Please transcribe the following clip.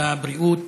לבריאות